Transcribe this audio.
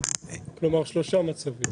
כלומר, שלושה מצבים.